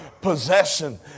possession